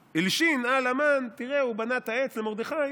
הלשין על המן: תראה, הוא בנה את העץ למרדכי